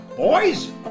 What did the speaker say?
Boys